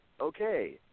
okay